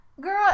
Girl